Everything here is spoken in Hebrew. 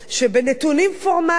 לפי נתונים פורמליים,